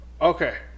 Okay